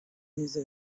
n’izo